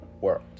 world